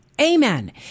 Amen